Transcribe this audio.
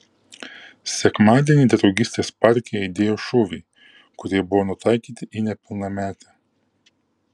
sekmadienį draugystės parke aidėjo šūviai kurie buvo nutaikyti į nepilnametę